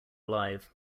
alive